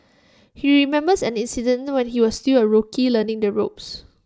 he remembers an incident when he was still A rookie learning the ropes